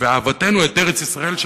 ואהבתנו את ארץ-ישראל,